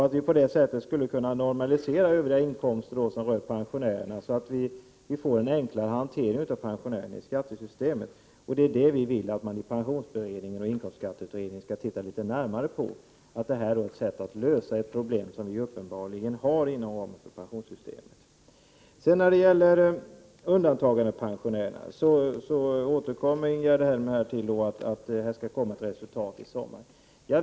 På det sättet skulle vi kunna normalisera övriga inkomster som rör pensionärerna, så att vi får en enklare hantering av pensionärerna i skattesystemet. Det vill vi att man i pensionsberedningen och i inkomstskatteutredningen skall titta litet närmare på. Det är ett sätt att lösa ett problem som vi uppenbarligen har inom ramen för pensionssystemet. När det gäller undantagandepensionärerna återkom Ingegerd Elm till att det skall komma ett resultat till sommaren.